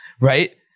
Right